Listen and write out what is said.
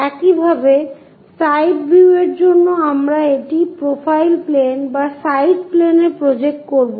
একইভাবে side view এর জন্য আমরা এটি প্রোফাইল প্লেন বা সাইড প্লেনে প্রজেক্ট করব